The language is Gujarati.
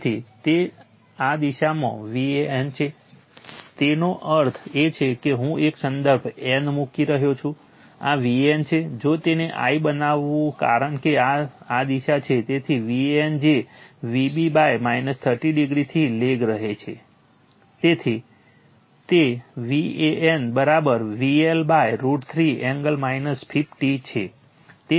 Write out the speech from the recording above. તેથી તે આ દિશામાં Van છે તેનો અર્થ એ છે કે હું એક સંદર્ભ n મૂકી રહ્યો છું આ Van છે જો તેને i બનાવું કારણ કે આ આ દિશા છે તેથી Van જે Vb 30o થી લેગ રહેશે તેથી તે Van VL√ 3 એંગલ 50 છે